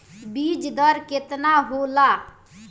बीज दर केतना होला?